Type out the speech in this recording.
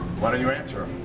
why don't you answer him?